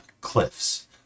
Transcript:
cliffs